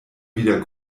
wieder